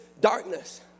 darkness